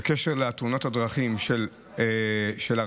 בקשר לתאונת הדרכים של הרכבת,